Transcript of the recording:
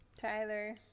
Tyler